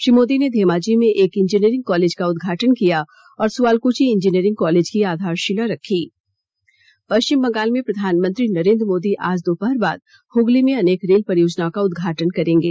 श्री मोदी ने धेमाजी में एक इंजीनियरिंग कार्लेज का उद्घाटन किया और सुआलक्ची इंजीनियरिंग कालेज की आधारशिला रखी पश्चिम बंगाल में प्रधानमंत्री नरेन्द्र मोदी आज दोपहर बाद हगली में अनेक रेल परियोजनाओं का उद्दघाटन करेंगे